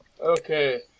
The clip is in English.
Okay